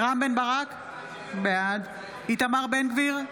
רם בן ברק, בעד איתמר בן גביר,